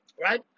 right